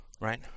Right